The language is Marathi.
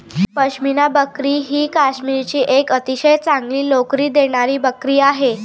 पश्मिना बकरी ही काश्मीरची एक अतिशय चांगली लोकरी देणारी बकरी आहे